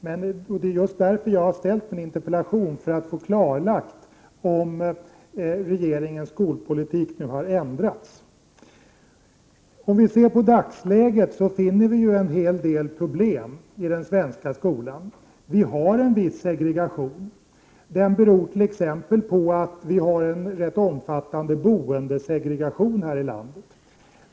Men det är just för att få klarlagt om regeringens skolpolitik har ändrats som jag har ställt min interpellation. Ser vi på dagsläget finner vi ju en hel del problem i den svenska skolan. Vi har en viss segregation. Den beror t.ex. på att vi har en rätt omfattande bostadssegregation här i landet.